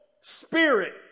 spirit